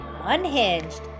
unhinged